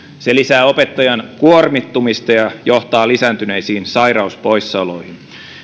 se lisää opettajan kuormittumista ja johtaa lisääntyneisiin sairauspoissaoloihin